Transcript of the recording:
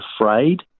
afraid